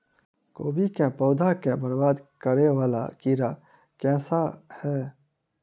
कोबी केँ पौधा केँ बरबाद करे वला कीड़ा केँ सा है?